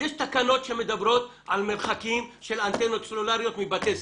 יש תקנות שמדברות על מרחקים של אנטנות סלולריות מבתי ספר.